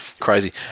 crazy